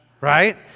right